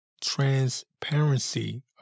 transparency